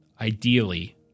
ideally